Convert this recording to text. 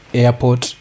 airport